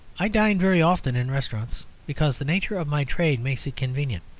i dine very often in restaurants because the nature of my trade makes it convenient